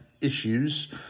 issues